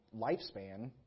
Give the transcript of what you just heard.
lifespan